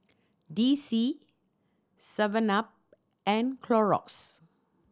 D C seven Up and Clorox